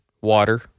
water